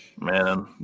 Man